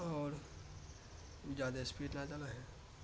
اور زیادہ اسپیڈ نہ چلائیں